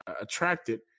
attracted